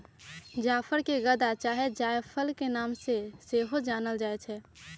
जाफर के गदा चाहे जायफल के नाम से सेहो जानल जाइ छइ